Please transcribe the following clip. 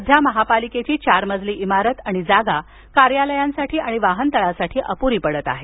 सध्या महापालिकेची चार मजली इमारत आणि जागा कार्यालयांसाठी आणि वाहनतळासाठी अप्री पडत आहे